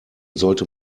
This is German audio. sollte